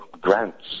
grants